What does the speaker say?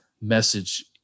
message